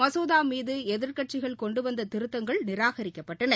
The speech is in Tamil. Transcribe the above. மசோதா மீது எதிர்க்கட்சிகள் கொண்டு வந்த திருத்தங்கள் நிராகரிக்கப்பட்டன